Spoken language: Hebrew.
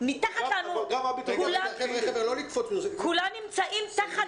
כולם נמצאים מתחת